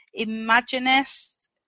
Imaginist